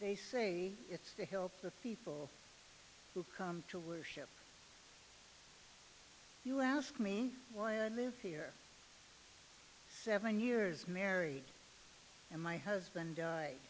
they say it's to help the people who come to worship you ask me why i live here seven years married and my husband